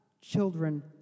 children